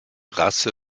rasse